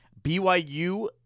BYU